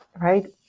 right